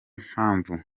mpamvu